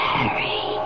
Harry